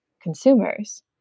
consumers